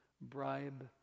Bribe